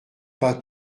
pas